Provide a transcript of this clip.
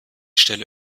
stelle